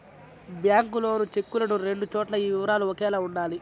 bank loan చెక్కులను రెండు చోట్ల ఈ వివరాలు ఒకేలా ఉండాలి